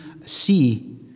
see